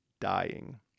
dying